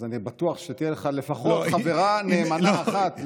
אז אני בטוח שתהיה לך לפחות חברה נאמנה אחת,